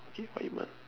K what you want